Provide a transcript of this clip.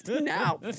now